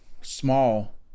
small